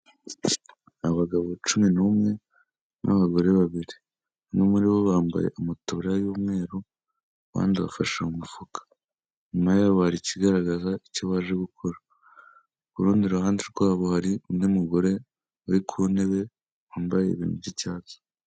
Abagabo cumi n'umwe n'abagore babiri. Bamwe muri bo bambaye amataburiya y'umweru abandi bafashe mu mufuka. Inyuma yabo hari ikigaragaza icyo baje gukora. Ku rundi ruhande rwabo hari undi mugore uri ku ntebe, wambaye ibintu by'icyatsi.